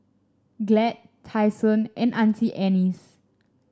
Glad Tai Sun and Auntie Anne's